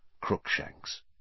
Crookshanks